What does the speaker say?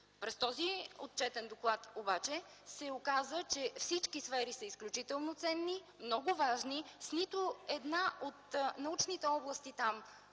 През този отчетен доклад обаче се оказа, че всички сфери са изключително ценни, много важни, с нито една от научните области там